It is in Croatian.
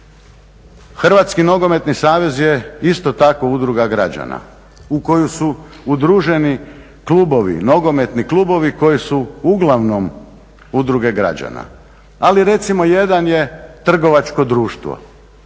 Hrvatski nogometni savez je isto tako udruga građana u koju su udruženi klubovi, nogometni klubovi koji su uglavnom udruge građana. Ali recimo jedan je trgovačko društvo.